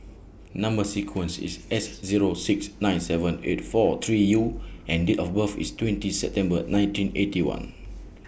Number sequence IS S Zero six nine seven eight four three U and Date of birth IS twenty September nineteen Eighty One